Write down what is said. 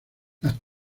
las